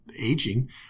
aging